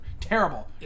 terrible